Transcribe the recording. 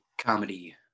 comedy